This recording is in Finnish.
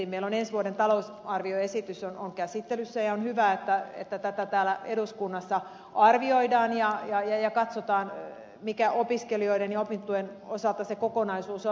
meillä ensi vuoden talousarvioesitys on käsittelyssä ja on hyvä että tätä täällä eduskunnassa arvioidaan ja katsotaan mikä opiskelijoiden ja opintotuen osalta se kokonaisuus on